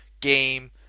game